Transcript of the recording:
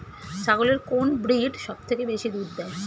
ছাগলের কোন ব্রিড সবথেকে বেশি দুধ দেয়?